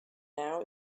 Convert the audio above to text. now